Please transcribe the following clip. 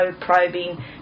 probing